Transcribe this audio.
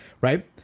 Right